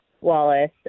Wallace